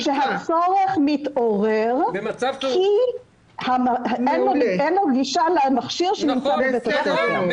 הדגש הוא שהצורך מתעורר כי אין לו גישה למכשיר שנמצא בבית הספר.